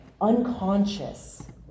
unconscious